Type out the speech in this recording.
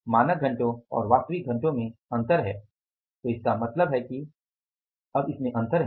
तो इसका मतलब है कि अब इसमें अंतर है